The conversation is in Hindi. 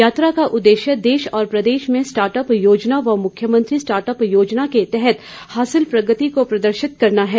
यात्रा का उददेश्य देश और प्रदेश में स्टार्ट अप योजना व मुख्यमंत्री स्टार्ट अप योजना के तहत हासिल प्रगति को प्रदर्शित करना है